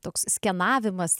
toks skenavimas